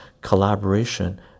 collaboration